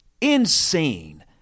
insane